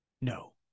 No